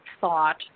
thought